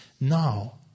now